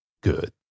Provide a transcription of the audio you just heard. good